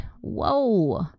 whoa